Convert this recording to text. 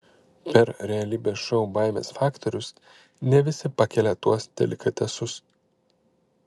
per realybės šou baimės faktorius ne visi pakelia tuos delikatesus